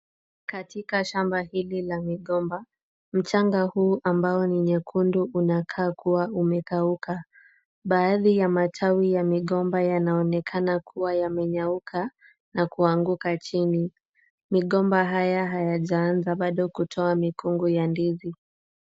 Katika shamba hili la migomba, mchanga huu ambao ni nyekundu unakaa kuwa umekauka. Baadhi ya matawi ya migomba yanaonekana kuwa yamenyauka, na kuanguka chini. Migomba haya hayajaanza bado kutoa mikongo ya ndizi.